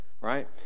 right